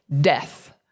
death